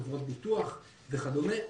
חברות ביטוח וכדומה,